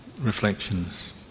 reflections